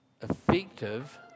effective